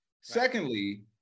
Secondly